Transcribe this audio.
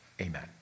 Amen